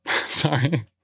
sorry